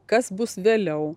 kas bus vėliau